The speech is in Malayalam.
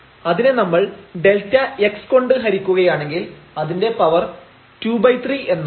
അതിനെ നമ്മൾ Δx കൊണ്ട് ഹരിക്കുകയാണെങ്കിൽ അതിന്റെ പവർ ⅔ എന്നാവും